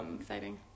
Exciting